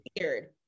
weird